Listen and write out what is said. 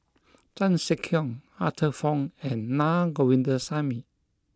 Chan Sek Keong Arthur Fong and Na Govindasamy